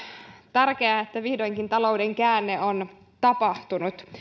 tärkeää että vihdoinkin talouden käänne on tapahtunut